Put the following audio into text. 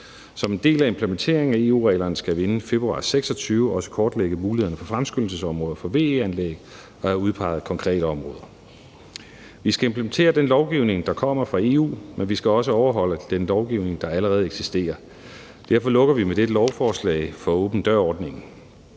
Som en del af implementeringen af EU-reglerne skal vi inden februar 2026 også kortlægge muligheden for fremskyndelsesområder for VE-anlæg og have udpeget konkrete områder. Vi skal implementere den lovgivning, der kommer fra EU, men vi skal også overholde den lovgivning, der allerede eksisterer. Derfor lukker vi med dette lovforslag for åben dør-ordningen.